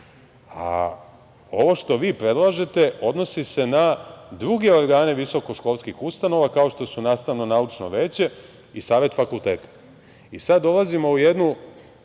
a ovo što vi predlažete odnosi se na druge organe visokoškolskih ustanova, kao što su nastavno-naučno veće i savet fakulteta. Sada dolazimo u jednu